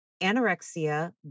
anorexia